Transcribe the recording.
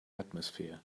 atmosphere